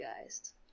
guys